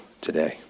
today